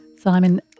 Simon